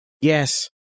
Yes